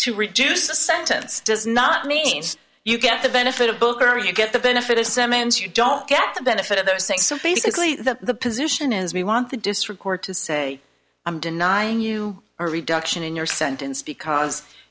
to reduce the sentence does not mean you get the benefit of booker you get the benefit as symonds you don't get the benefit of those things so basically the position is we want the district court to say i'm denying you a reduction in your sentence because